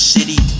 City